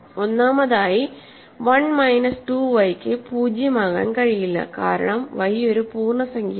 ഒന്നാമതായി 1 minus 2 y ക്ക് 0 ആകാൻ കഴിയില്ല കാരണം y ഒരു പൂർണ്ണസംഖ്യയാണ്